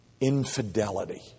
Infidelity